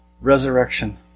resurrection